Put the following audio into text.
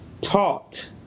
taught